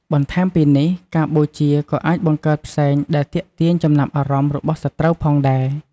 បន្ថែមពីនេះ ការបូជាក៏អាចបង្កើតផ្សែងដែលទាក់ទាញចំណាប់អារម្មណ៍របស់សត្រូវផងដែរ។